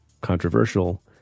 controversial